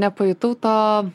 nepajutau to